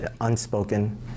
unspoken